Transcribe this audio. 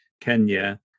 Kenya